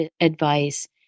advice